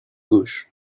gauche